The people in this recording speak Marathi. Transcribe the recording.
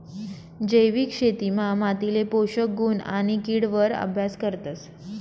जैविक शेतीमा मातीले पोषक गुण आणि किड वर अभ्यास करतस